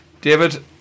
David